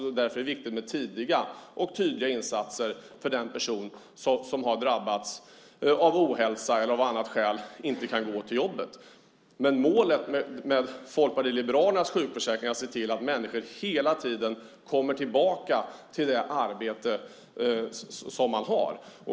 Det är därför viktigt med tidiga och tydliga insatser för den person som har drabbats av ohälsa eller av annat skäl inte kan gå till jobbet. Målet med Folkpartiet liberalernas sjukförsäkring är att se till att människor hela tiden kommer tillbaka till det arbete som de har.